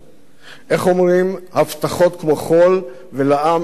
איך אומרים, הבטחות כמו חול, ולעם אין מה לאכול.